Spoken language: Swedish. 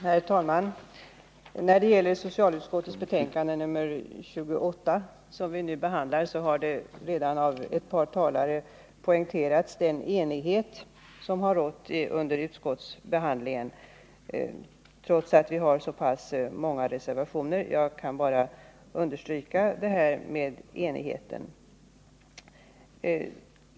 Herr talman! Beträffande socialutskottets betänkande nr 28, som nu behandlas, har redan ett par talare poängterat den enighet som har rått under utskottsbehandlingen, trots att det finns så många reservationer. Jag vill alltså understryka den enighet som har rått.